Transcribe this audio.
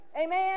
Amen